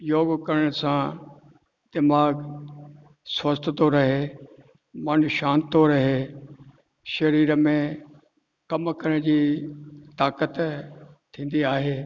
योग करण सां दिमाग़ स्वस्थ थो रहे मन शांति थो रहे शरीर में कमु करण जी ताक़ति थींदी आहे